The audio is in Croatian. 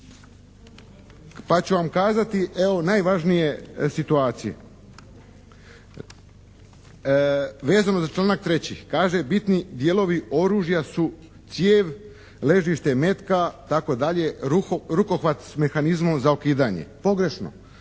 Pa ću vam kazati evo najvažnije situacije. Vezano za članak 3., kaže "bitni dijelovi oružja su cijev, ležište metka, itd., rukohvat s mehanizmom za okidanje". Pogrešno.